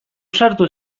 sartu